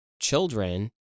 children